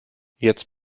jetzt